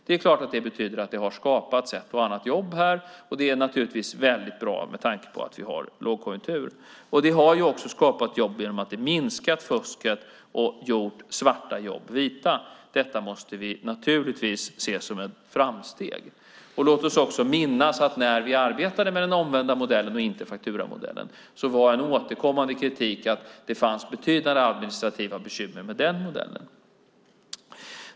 Det är klart att det betyder att det har skapats ett och annat jobb här, och det är naturligtvis väldigt bra med tanke på att vi har en lågkonjunktur. Det har också skapat jobb genom att det minskat fusket och gjort svarta jobb vita. Detta måste vi naturligtvis se som ett framsteg. Låt oss också minnas att när vi arbetade med den omvända modellen och inte fakturamodellen var en återkommande kritik att det fanns betydande administrativa bekymmer med den modellen.